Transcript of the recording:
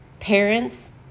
parents